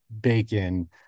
bacon